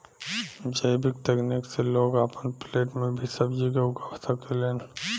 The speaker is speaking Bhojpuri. जैविक तकनीक से लोग आपन फ्लैट में भी सब्जी के उगा सकेलन